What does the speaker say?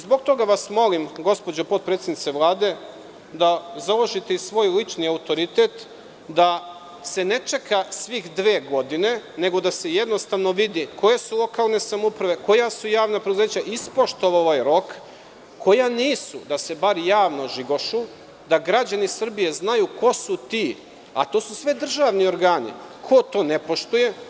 Zbog toga vas molim, gospođo potpredsednice Vlade da založite i svoj lični autoritet da se ne čeka dve godine, nego da se jednostavno vidi koje su lokalne samouprave, koja su javna preduzeća ispoštovala ovaj rok, koja nisu da se bar javno žigošu, da građani Srbije znaju ko su ti, a to su sve državni organi, ko to ne poštuje.